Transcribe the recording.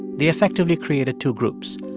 they effectively created two groups,